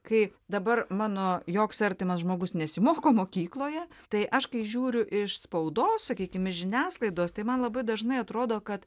kai dabar mano joks artimas žmogus nesimoko mokykloje tai aš kai žiūriu iš spaudos sakykim iš žiniasklaidos tai man labai dažnai atrodo kad